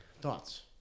Thoughts